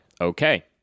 Okay